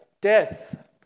death